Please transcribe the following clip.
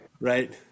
Right